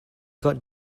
got